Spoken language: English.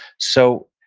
so,